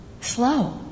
slow